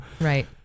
Right